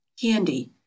Candy